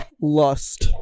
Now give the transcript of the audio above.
lust